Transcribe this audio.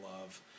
love